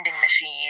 machine